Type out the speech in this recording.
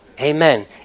Amen